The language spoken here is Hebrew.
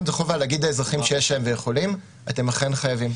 זו חובה להגיד לאזרחים שיש להם והם יכולים: אתם אכן חייבים.